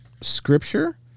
scripture